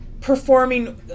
performing